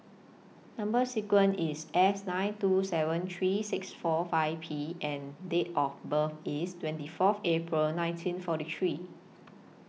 Number sequence IS S nine two seven three six four five P and Date of birth IS twenty Fourth April nineteen forty three